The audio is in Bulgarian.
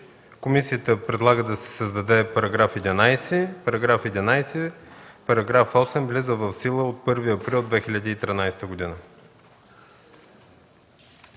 Комисията предлага да се създаде § 11: „§ 11. Параграф 8 влиза в сила от 1 април 2013 г.”